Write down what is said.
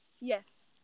Yes